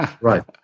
Right